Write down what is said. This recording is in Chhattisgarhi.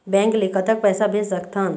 बैंक ले कतक पैसा भेज सकथन?